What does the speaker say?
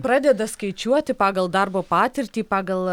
pradeda skaičiuoti pagal darbo patirtį pagal